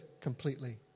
completely